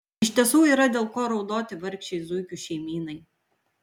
iš tiesų yra dėl ko raudoti vargšei zuikių šeimynai